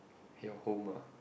at your home what